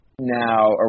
now